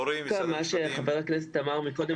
מה שחבר הכנסת אמר קודם